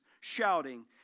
shouting